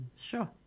Sure